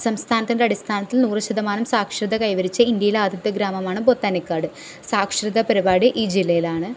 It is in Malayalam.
സംസ്ഥാനത്തിൻ്റെ അടിസ്ഥാനത്തിൽ നൂറു ശതമാനം സാക്ഷരത കൈവരിച്ച ഇന്ത്യയിലെ ആദ്യത്തെ ഗ്രാമമാണ് പോത്താനിക്കാട് സാക്ഷരതാ പരിപാടി ഈ ജില്ലയിലാണ്